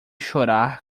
chorar